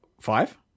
Five